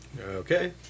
Okay